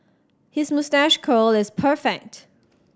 his moustache curl is perfect